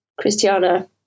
Christiana